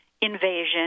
invasion